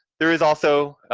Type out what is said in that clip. there is also,